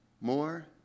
More